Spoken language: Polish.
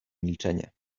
milczenie